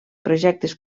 projectes